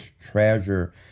treasure